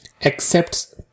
accepts